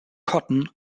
cotton